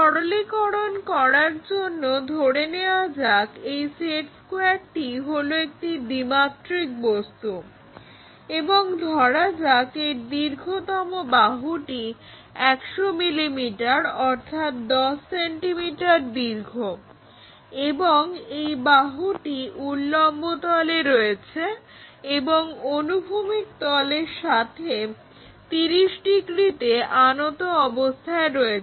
সরলীকরণ করবার জন্য ধরে নেয়া যাক সেট স্কোয়্যারটি হলো একটি দ্বিমাত্রিক বস্তু এবং ধরা যাক এর দীর্ঘতম বাহুটি 100 মিলিমিটার অর্থাৎ 10 সেন্টিমিটার দীর্ঘ এবং এই বাহুটি উল্লম্ব তলে রয়েছে এবং অনুভূমিক তলের সাথে 30 ডিগ্রিতে আনত অবস্থায় রয়েছে